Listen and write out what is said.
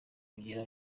kugira